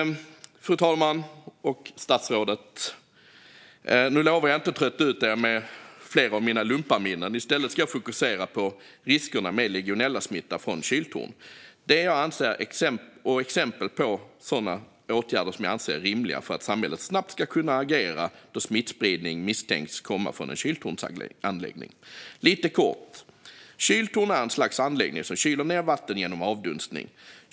Nu lovar jag att inte trötta ut fru talmannen och statsrådet med fler av mina lumparminnen. I stället ska jag fokusera på riskerna med legionellasmitta från kyltorn och det jag anser är exempel på rimliga åtgärder för att samhället snabbt ska kunna agera då smittspridning misstänks komma från en kyltornsanläggning. Lite kort: Kyltorn är ett slags anläggning som kyler ned vatten genom avdunstning.